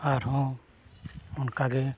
ᱟᱨ ᱦᱚᱸ ᱚᱱᱠᱟᱜᱮ